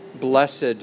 blessed